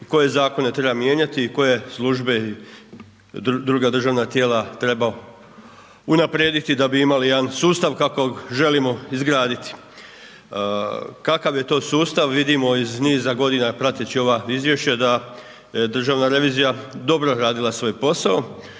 koje zakone treba mijenjati i koje službe i druga državna tijela treba unaprijediti da bi imali jedan sustav kakvog želimo izgraditi. Kakav je to sustav vidimo iz niza godina prateći ova izvješća daje državna revizija dobro radila svoj posao,